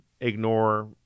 ignore